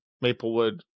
Maplewood